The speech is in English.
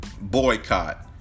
boycott